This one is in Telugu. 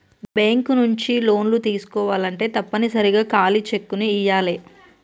బ్యేంకు నుంచి లోన్లు తీసుకోవాలంటే తప్పనిసరిగా ఖాళీ చెక్కుని ఇయ్యాలే